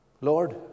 Lord